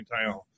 town